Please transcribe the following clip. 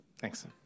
thanks